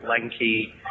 lanky